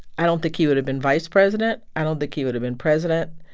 i don't think he would have been vice president. i don't think he would have been president.